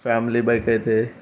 family bike అయితే